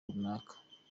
runaka